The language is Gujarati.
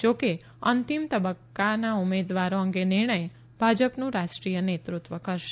જો કે અંતિમ ઉમેદવારો અંગે નિર્ણય ભાજપનું રાષ્ટ્રી ાય નેતૃત્વ કરશે